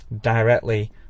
directly